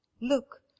Look